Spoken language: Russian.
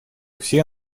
все